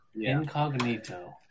Incognito